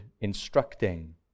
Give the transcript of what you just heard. instructing